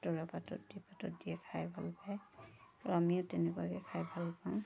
তৰা পাতত পাতত দি খাই ভাল পায় আৰু আমিও তেনেকুৱাকৈ খাই ভাল পাওঁ